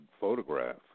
photograph